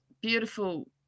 beautiful